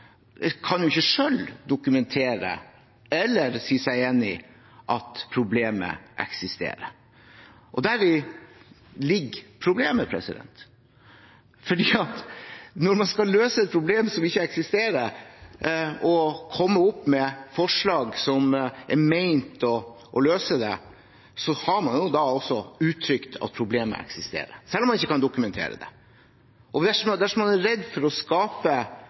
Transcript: ikke selv kan dokumentere – eller si seg enig i – at problemet eksisterer. Og deri ligger problemet. For når man skal løse et problem som ikke eksisterer, og komme opp med forslag som er ment å løse det, så har man jo også uttrykt at problemet eksisterer, selv om man ikke kan dokumentere det. Dersom man er redd for å skape